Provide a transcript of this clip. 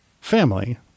family